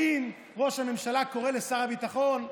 האם ראש הממשלה קורא לשר הביטחון?